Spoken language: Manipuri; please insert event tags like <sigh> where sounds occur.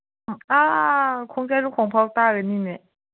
ꯑꯥ <unintelligible> ꯇꯥꯔꯤꯝꯅꯤꯅꯦ